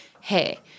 Hey